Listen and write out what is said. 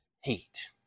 heat